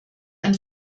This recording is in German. ein